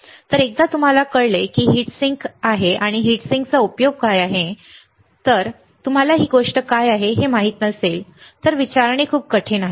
तर एकदा तुम्हाला कळले की ही हीट सिंक आहे हीट सिंकचा उपयोग काय आहे पण जर तुम्हाला ही गोष्ट काय आहे हे माहित नसेल तर विचारणे खूप कठीण आहे